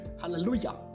hallelujah